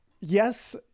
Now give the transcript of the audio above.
yes